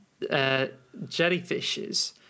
jellyfishes